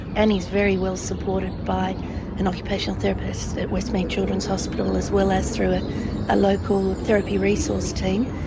annie's very well supported by an occupational therapist at westmead children's hospital as well as through a a local therapy resource team.